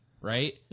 right